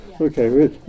Okay